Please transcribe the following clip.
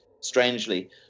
strangely